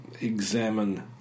Examine